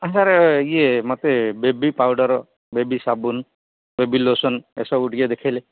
ଆ sir ଇଏ ମୋତେ baby powder baby ସାବୁନ ବେବି ଲୋସନ୍ ଏସବୁ ଟିକେ ଦେଖେଇଲେ